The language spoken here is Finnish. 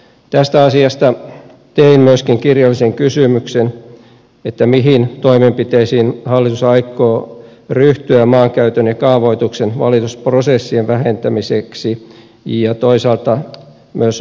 tästä asiasta tein myöskin kirjallisen kysymyksen mihin toimenpiteisiin hallitus aikoo ryhtyä maankäytön ja kaavoituksen valitusprosessien vähentämiseksi ja toisaalta myös nopeuttamiseksi